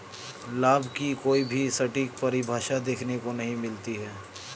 लाभ की कोई भी सटीक परिभाषा देखने को नहीं मिलती है